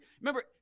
remember